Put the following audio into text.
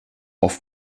off